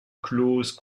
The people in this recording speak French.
clause